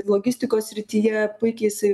logistikos srityje puikiai jisai